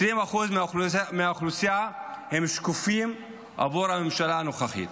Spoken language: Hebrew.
20% מהאוכלוסייה הם שקופים עבור הממשלה הנוכחית.